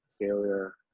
failure